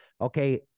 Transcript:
Okay